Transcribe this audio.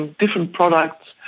ah different products.